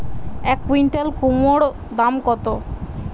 এক কুইন্টাল কুমোড় দাম কত?